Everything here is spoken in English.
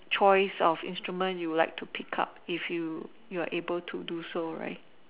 choice of instrument you would like to pick if you you are able to do so right